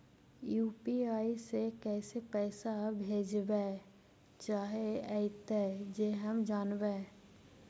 UPI से कैसे पैसा भेजबय चाहें अइतय जे हम जानबय?